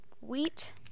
wheat